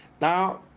Now